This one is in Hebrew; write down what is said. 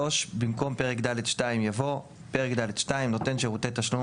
(3) במקום פרק ד'2 יבוא: "פרק ד'2: נותן שירותי תשלום